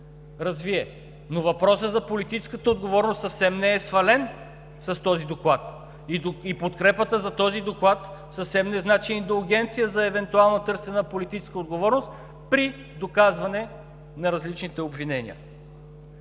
развие, но въпросът за политическата отговорност съвсем не е свален с този доклад и подкрепата за този доклад съвсем не значи индулгенция за евентуално търсене на политическа отговорност при доказване на различните обвинения.